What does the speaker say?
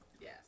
Yes